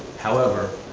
however,